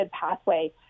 pathway